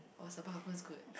oh is good